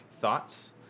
thoughts